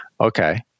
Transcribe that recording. Okay